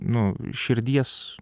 nu širdies